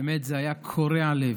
באמת, זה היה קורע לב.